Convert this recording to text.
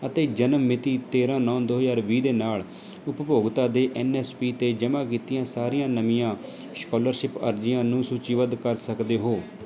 ਅਤੇ ਜਨਮ ਮਿਤੀ ਤੇਰ੍ਹਾਂ ਨੌ ਦੋ ਹਜ਼ਾਰ ਵੀਹ ਦੇ ਨਾਲ਼ ਉਪਭੋਗਤਾ ਦੇ ਐੱਨ ਐੱਸ ਪੀ 'ਤੇ ਜਮ੍ਹਾਂ ਕੀਤੀਆਂ ਸਾਰੀਆਂ ਨਵੀਆਂ ਸ਼ਕੋਲਰਸ਼ਿਪ ਅਰਜ਼ੀਆਂ ਨੂੰ ਸੂਚੀਬੱਧ ਕਰ ਸਕਦੇ ਹੋ